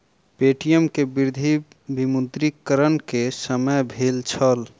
Paytm के वृद्धि विमुद्रीकरण के समय भेल छल